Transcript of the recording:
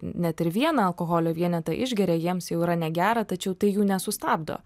net ir vieną alkoholio vienetą išgeria jiems jau yra negera tačiau tai jų nesustabdo